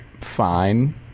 fine